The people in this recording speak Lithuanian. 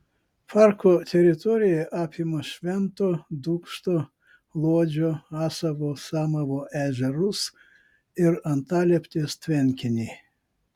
parko teritorija apima švento dūkšto luodžio asavo samavo ežerus ir antalieptės tvenkinį